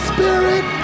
Spirit